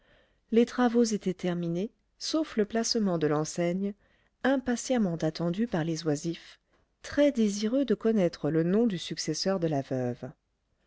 les travaux étaient terminés sauf le placement de l'enseigne impatiemment attendu par les oisifs très désireux de connaître le nom du successeur de la veuve